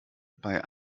bei